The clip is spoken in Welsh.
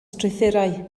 strwythurau